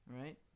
right